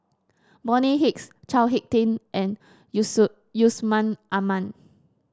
Bonny Hicks Chao HicK Tin and Yus Yusman Aman